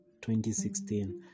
2016